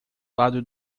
lado